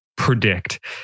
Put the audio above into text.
predict